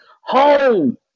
home